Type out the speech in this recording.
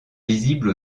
visibles